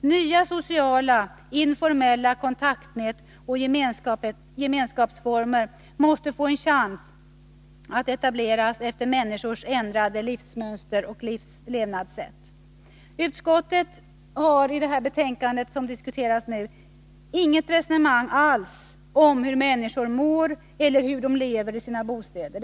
Nya sociala, informella kontaktnät och gemenskapsformer måste få en chans att etableras efter människors ändrade livsmönster och levnadssätt. Utskottet har i det betänkande som nu diskuteras inget resonemang alls om hur människor mår eller hur de lever i sina bostäder.